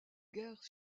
guerre